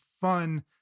fun